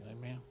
Amen